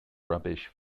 rubbish